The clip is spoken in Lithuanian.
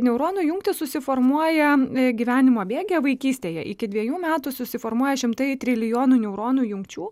neuronų jungtys susiformuoja ne gyvenimo bėgyje vaikystėje iki dviejų metų susiformuoja šimtai trilijonų neuronų jungčių gyvenimo bėgyje vaikystėje iki dviejų metų susiformuoja šimtai trilijonų neuronų jungčių